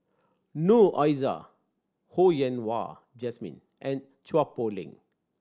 Noor Aishah Ho Yen Wah Jesmine and Chua Poh Leng